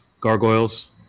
Gargoyles